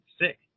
sick